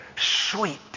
Sweet